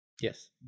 Yes